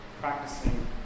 practicing